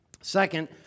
Second